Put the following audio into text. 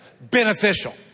beneficial